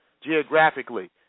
geographically